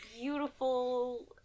beautiful